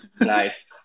Nice